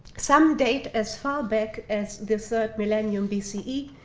some date as far back as the third millennium bce,